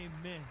Amen